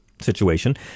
situation